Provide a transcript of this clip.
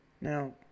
Now